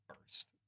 first